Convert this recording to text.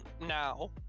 now